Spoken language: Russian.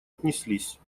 отнеслись